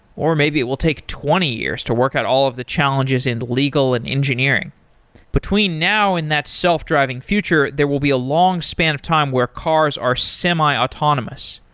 or maybe it will take twenty years to work out all of the challenges in legal and engineering between now and that self-driving future, there will be a long span of time where cars are semi autonomous.